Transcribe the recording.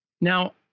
Now